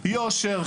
יושר,